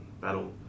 Battle